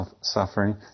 suffering